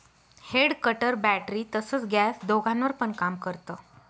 head cutter battery तसच gas दोघांवर पण काम करत